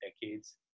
decades